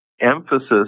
emphasis